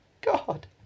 God